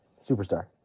superstar